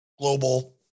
global